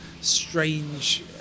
strange